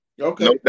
Okay